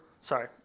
Sorry